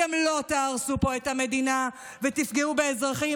אתם לא תהרסו פה את המדינה ותפגעו באזרחים,